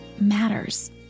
matters